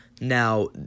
Now